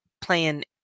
playing